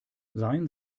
sein